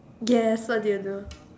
yes what do you do